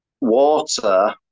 water